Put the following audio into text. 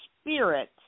spirit